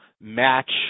match